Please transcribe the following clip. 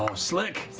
um slick!